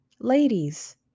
Ladies